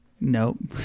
Nope